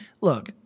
Look